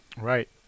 Right